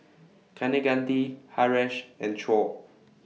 Kaneganti Haresh and Choor